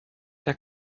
der